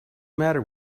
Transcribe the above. matter